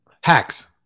hacks